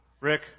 Rick